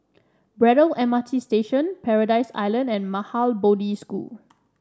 Braddell M R T Station Paradise Island and Maha Bodhi School